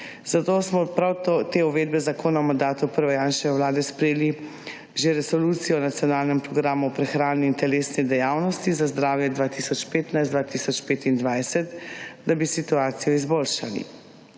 zato smo prav te uvedbe zakona v mandatu prve Janševe vlade sprejeli že resolucijo o nacionalnem programu o prehrani in telesni dejavnosti za zdravje 2015–2025, da bi situacijo izboljšali.